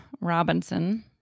Robinson